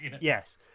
yes